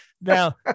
Now